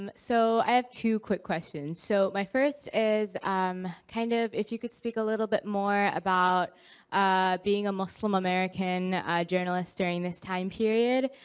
and so i have two quick questions. so my first is um kind of if you could speak a little bit more about being a muslim american journalist during this time period.